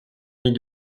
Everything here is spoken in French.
mit